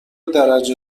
درجه